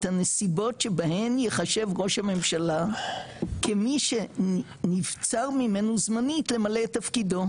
את הנסיבות שבהן ייחשב ראש הממשלה כמי שנבצר ממנו זמנית למלא את תפקידו,